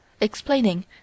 Explaining